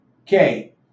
Okay